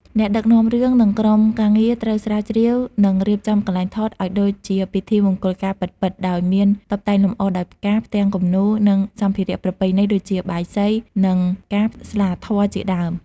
អ្នកដឹកនាំរឿង និងក្រុមការងារត្រូវស្រាវជ្រាវ និងរៀបចំកន្លែងថតឲ្យដូចជាពិធីមង្គលការពិតៗ ដោយមានតុបតែងលំអដោយផ្កា ផ្ទាំងគំនូរ និងសម្ភារៈប្រពៃណីដូចជា បាយសី និង ផ្កា ស្លាធម៌ ជាដើម។